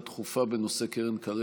הבלתי-פורמלי.